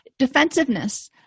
Defensiveness